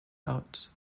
out